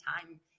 time